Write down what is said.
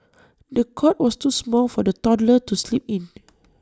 the cot was too small for the toddler to sleep in